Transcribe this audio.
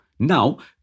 Now